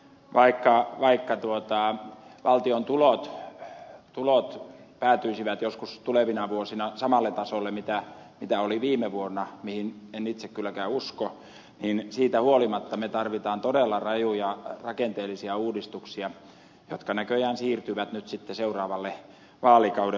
vaikka valtion tulot päätyisivät joskus tulevina vuosina samalle tasolle kuin millä ne olivat viime vuonna mihin en itse kylläkään usko niin siitä huolimatta me tarvitsemme todella rajuja rakenteellisia uudistuksia jotka näköjään siirtyvät nyt sitten seuraavalle vaalikaudelle